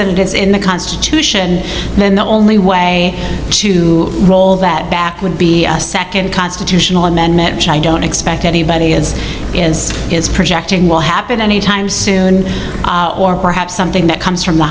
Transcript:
that is in the constitution then the only way to roll that back would be a second constitutional amendment which i don't expect anybody is projecting will happen any time soon or perhaps something that comes from